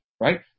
Right